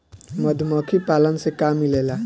मधुमखी पालन से का मिलेला?